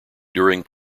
during